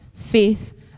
faith